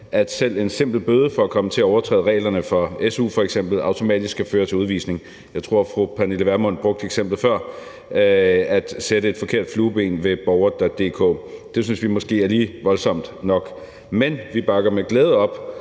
at selv en simpel bøde for at komme til at overtræde reglerne for f.eks. su automatisk skal føre til udvisning. Jeg tror, at fru Pernille Vermund brugte det eksempel før, at det kunne være ved at sætte et flueben forkert på borger.dk. Det synes vi måske lige er voldsomt nok, men vi bakker med glæde op